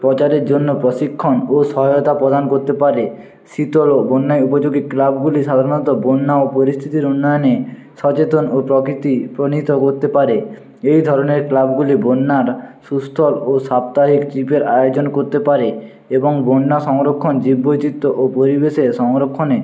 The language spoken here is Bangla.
প্রচারের জন্য প্রশিক্ষণ ও সহায়তা প্রদান করতে পারে শীতল ও বন্যায় উপযোগী ক্লাবগুলি সাধারণত বন্যা ও পরিস্থিতির উন্নয়নে সচেতন ও প্রকৃতি প্রণীত করতে পারে এই ধরণের ক্লাবগুলি বন্যার সুস্থ ও সাপ্তাহিক ট্রিপের আয়োজন করতে পারে এবং বন্যা সংরক্ষণ জীববৈচিত্র্য ও পরিবেশে সংরক্ষণে